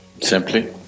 simply